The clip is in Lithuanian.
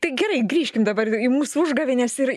tai gerai grįžkim dabar į mūsų užgavėnes ir